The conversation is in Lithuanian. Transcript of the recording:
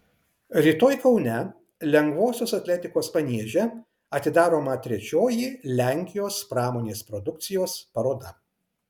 rytoj kaune lengvosios atletikos manieže atidaroma trečioji lenkijos pramonės produkcijos paroda